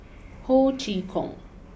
Ho Chee Kong